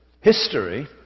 history